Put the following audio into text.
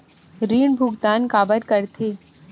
ऋण भुक्तान काबर कर थे?